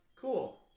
Cool